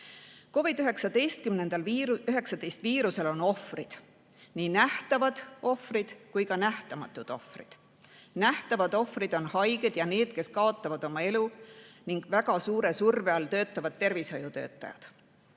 viirusel on ohvrid, nii nähtavad ohvrid kui ka nähtamatud ohvrid. Nähtavad ohvrid on haiged ja need, kes kaotavad oma elu, ning väga suure surve all töötavad tervishoiutöötajad.